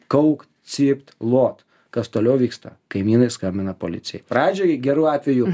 kaukt cypt lot kas toliau vyksta kaimynai skambina policijai pradžiai geru atveju